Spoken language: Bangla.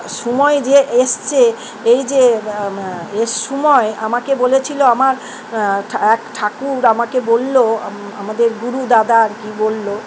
সময় যে এসেছে এই যে এর সময় আমাকে বলেছিল আমার এক ঠাকুর আমাকে বললো আমাদের গুরু দাদা আর কী বললো